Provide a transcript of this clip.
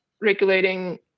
regulating